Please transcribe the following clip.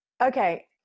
Okay